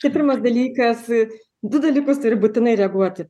tai pirmas dalykas du dalykus turiu būtinai reaguoti